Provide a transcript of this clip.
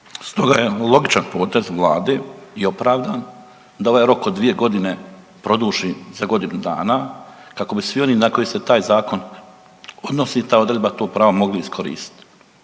Stoga je logičan potez vlade i opravdan da ovaj rok od 2.g. produži za godinu dana kako bi svi oni na koje se taj zakon odnosi i ta odredba to pravo mogli iskoristit